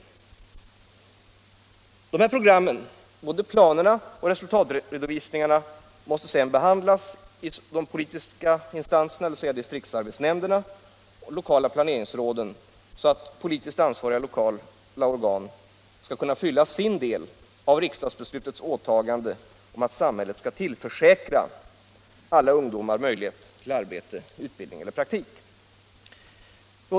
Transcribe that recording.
De här programmen och redovisningarna måste sedan behandlas i distriktsarbetsnämnderna och de lokala planeringsråden för att politiskt ansvariga lokala organ skall kunna fylla sin del av riksdagsbeslutets åtagande att samhället skall tillförsäkra alla ungdomar möjlighet till arbete, utbildning eller praktik.